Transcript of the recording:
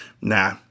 nah